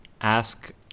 ask